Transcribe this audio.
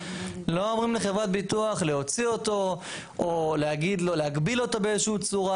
לא אומרים לחברת ביטוח להוציא אותו או להגביל אותו באיזה שהיא צורה,